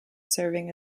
serving